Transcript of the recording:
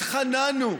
התחננו,